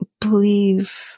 believe